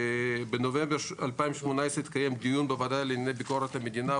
בנובמבר 2018 התקיים דיון בוועדה לענייני ביקורת המדינה,